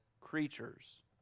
creatures